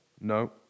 No